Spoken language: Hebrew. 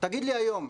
תגיד לי היום,